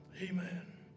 Amen